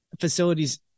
facilities